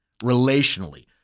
relationally